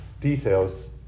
details